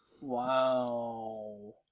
Wow